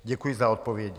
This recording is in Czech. Děkuji za odpovědi.